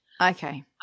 Okay